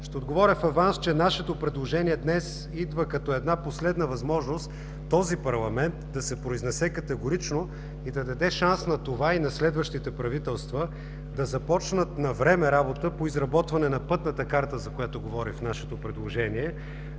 ще отговоря в аванс, че нашето предложение днес идва като последна възможност този парламент да се произнесе категорично и да даде шанс на това и на следващите правителства да започнат навреме работа по изработване на пътната карта, за която говорим в нашето предложение,